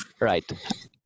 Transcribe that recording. Right